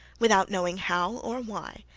without knowing how or why,